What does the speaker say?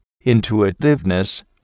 intuitiveness